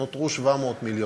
נותרו 700 מיליון.